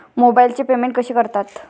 मोबाइलचे पेमेंट कसे करतात?